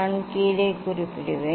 நான் கீழே குறிப்பிடுவேன்